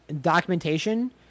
Documentation